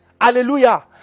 Hallelujah